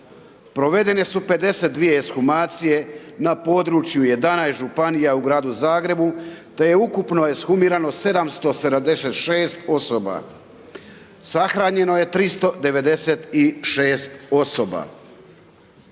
Provedene su 51 ekshumacije na području 11 županija u Gradu Zagrebu, te je ukupno ekshumirano 776 osoba. Sahranjeno je 396 osoba.